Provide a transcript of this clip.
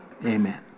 Amen